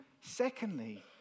Secondly